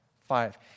Five